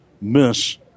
miss